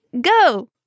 Go